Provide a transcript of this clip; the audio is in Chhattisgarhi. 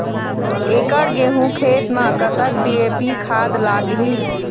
एकड़ गेहूं खेत म कतक डी.ए.पी खाद लाग ही?